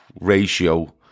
ratio